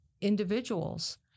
individuals